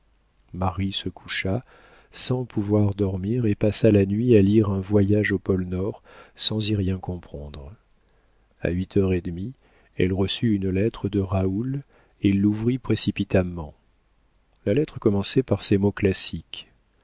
marie se coucha sans pouvoir dormir et passa la nuit à lire un voyage au pôle nord sans y rien comprendre a huit heures et demie elle reçut une lettre de raoul et l'ouvrit précipitamment la lettre commençait par ces mots classiques